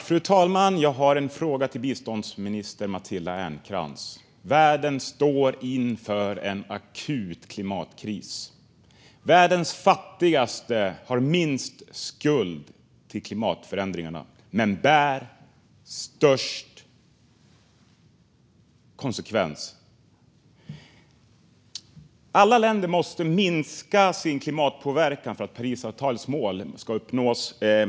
Fru talman! Jag har en fråga till biståndsminister Matilda Ernkrans. Världen står inför en akut klimatkris. Världens fattigaste har minst skuld till klimatförändringarna men bär störst konsekvens. Alla länder måste minska sin klimatpåverkan för att Parisavtalets mål ska uppnås.